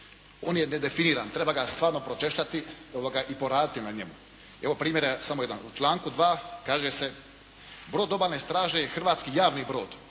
on je nedefiniran. Treba ga stvarno pročešljati i poraditi na njemu. Evo primjera samo jednog. U članku 2. kaže se: “Brod Obalne straže je hrvatski javni brod